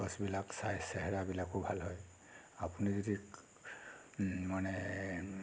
আৰু গছবিলাক চাই চেহেৰাবিলাকো ভাল হয় আপুনি যদি মানে